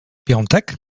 piątek